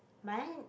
but then